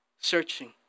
Searching